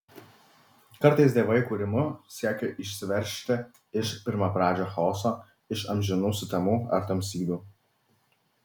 kartais dievai kūrimu siekia išsiveržti iš pirmapradžio chaoso iš amžinų sutemų ar tamsybių